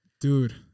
dude